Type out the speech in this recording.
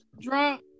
Drunk